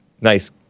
Nice